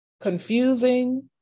confusing